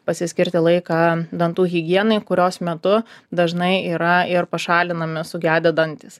pasiskirti laiką dantų higienai kurios metu dažnai yra ir pašalinami sugedę dantys